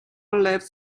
lives